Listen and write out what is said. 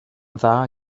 dda